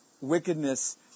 wickedness